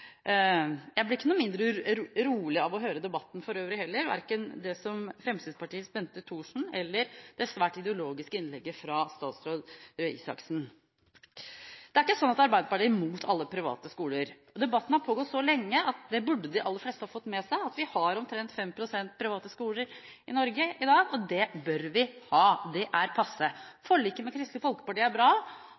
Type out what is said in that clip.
Jeg blir ikke noe mindre urolig av å høre debatten for øvrig heller, verken det som Fremskrittspartiets Bente Thorsen sa, eller det svært ideologiske innlegget fra statsråd Røe Isaksen. Det er ikke sånn at Arbeiderpartiet er mot alle private skoler. Debatten har pågått så lenge at det burde de aller fleste ha fått med seg. Vi har omtrent 5 pst. private skoler i Norge i dag, og det bør vi ha. Det er passe. Forliket med Kristelig Folkeparti er bra.